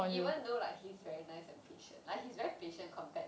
even though like he's very nice and patient like he's very patient compared